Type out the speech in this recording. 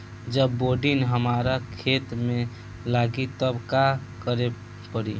जब बोडिन हमारा खेत मे लागी तब का करे परी?